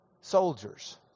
soldiers